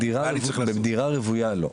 בדירה רוויה לא.